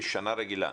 בשנה רגילה?